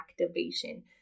activation